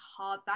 hardback